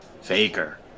Faker